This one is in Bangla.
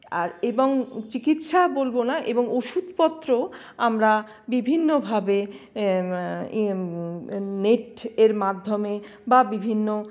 আর এবং চিকিৎসা বলব না এবং ওষুধপত্র আমরা বিভিন্নভাবে নেটের মাধ্যমে বা বিভিন্ন